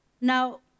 Now